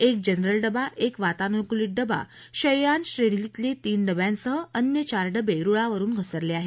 एक जनरल डबा एक वातानुकुलीत डबा शययान श्रेणीतल्या तीन डब्यांसह अन्य चार डबे रुळावरून घसरले आहेत